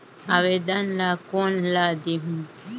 आवेदन ला कोन ला देहुं?